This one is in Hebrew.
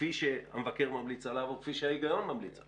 כפי שהמבקר ממליץ עליו וכפי שההיגיון ממליץ עליו.